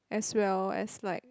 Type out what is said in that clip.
as well as like